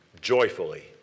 joyfully